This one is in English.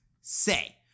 say